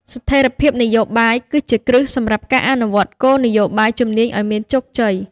ស្ថិរភាពនយោបាយគឺជាគ្រឹះសម្រាប់ការអនុវត្តគោលនយោបាយជំនាញឱ្យមានជោគជ័យ។